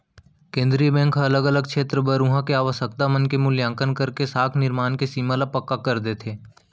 केंद्रीय बेंक ह अलग अलग छेत्र बर उहाँ के आवासकता मन के मुल्याकंन करके साख निरमान के सीमा ल पक्का कर देथे